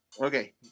Okay